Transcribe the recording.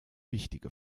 wichtige